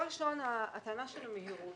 דבר ראשון, הטענה של המהירות.